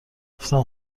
گفتم